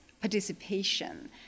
participation